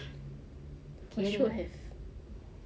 you should